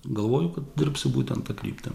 galvoju kad dirbsiu būtent ta kryptim